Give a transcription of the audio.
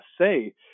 say